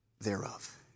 thereof